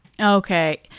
Okay